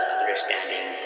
understanding